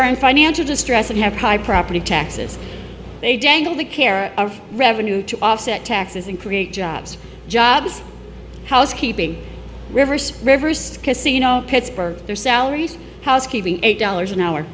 are in financial distress and have high property taxes they dangle the care of revenue to offset taxes and create jobs jobs housekeeping you know pittsburgh their salaries housekeeping eight dollars an hour